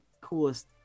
coolest